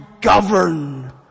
govern